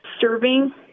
serving